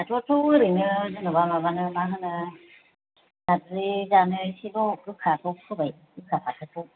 फाथोआथ' ओरैनो जेन'बा माबानो माहोनो नारजि जानो एसेल' गोखाखौ फोबाय गोखा फाथोखौ